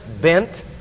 bent